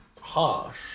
harsh